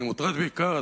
אני מוטרד בעיקר,